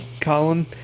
Colin